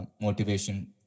motivation